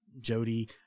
Jody